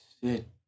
sit